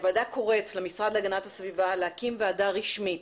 הוועדה קוראת למשרד להגנת הסביבה להקים ועדה רשמית